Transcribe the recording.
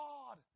God